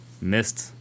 missed